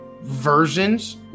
versions